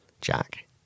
jack